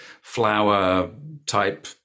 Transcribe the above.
flower-type